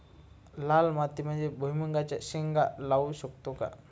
लाल मातीमध्ये भुईमुगाच्या शेंगा लावू शकतो का?